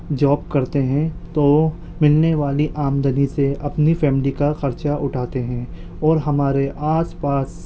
job کرتے ہیں تو ملنے والی آمدنی سے اپنی فیملی کا خرچہ اٹھاتے ہیں اور ہمارے آس پاس